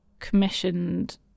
commissioned